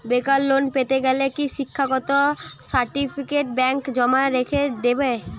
বেকার লোন পেতে গেলে কি শিক্ষাগত সার্টিফিকেট ব্যাঙ্ক জমা রেখে দেবে?